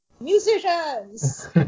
Musicians